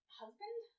husband